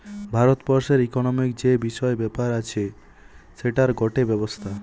ভারত বর্ষের ইকোনোমিক্ যে বিষয় ব্যাপার আছে সেটার গটে ব্যবস্থা